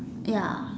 ya